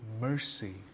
mercy